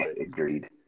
Agreed